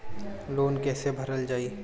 Loan कैसे भरल जाइ?